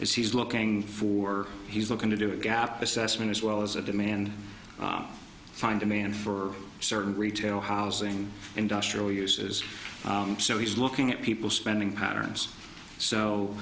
is he's looking for he's looking to do a gap assessment as well as a demand find demand for certain retail housing industrial uses so he's looking at people spending patterns so